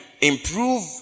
improve